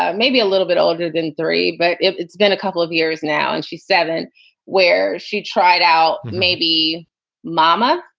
ah maybe a little bit older than three, but it's been a couple of years now. and she's seven where she tried out. maybe momma.